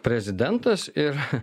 prezidentas ir